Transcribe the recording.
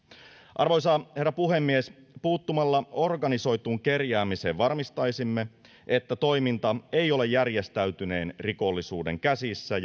arvoisa herra puhemies puuttumalla organisoituun kerjäämiseen varmistaisimme että toiminta ei ole järjestäytyneen rikollisuuden käsissä